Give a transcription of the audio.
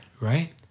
Right